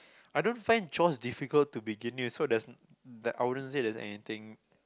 I don't find chores difficult to begin with so there's that I wouldn't say there's anything